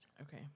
Okay